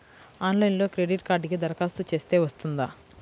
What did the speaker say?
ఆన్లైన్లో క్రెడిట్ కార్డ్కి దరఖాస్తు చేస్తే వస్తుందా?